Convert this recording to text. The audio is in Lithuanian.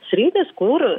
sritys kur